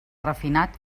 refinat